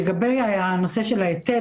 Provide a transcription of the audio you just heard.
לגבי הנושא של ההיטל,